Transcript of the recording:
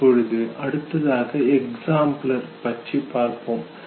இப்பொழுது அடுத்ததாக எக்ஸாம்பிலர்ஸ் உதாரணங்கள் பற்றி பார்ப்போம்